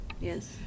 yes